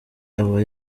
aba